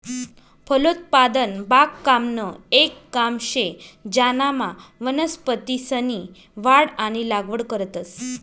फलोत्पादन बागकामनं येक काम शे ज्यानामा वनस्पतीसनी वाढ आणि लागवड करतंस